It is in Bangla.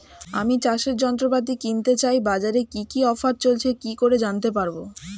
আমি চাষের যন্ত্রপাতি কিনতে চাই বাজারে কি কি অফার চলছে কি করে জানতে পারবো?